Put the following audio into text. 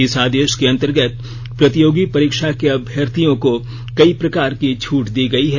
इस आदेश के अंतर्गत प्रतियोगी परीक्षा के अभ्यर्थियों को कई प्रकार की छूट दी गयी है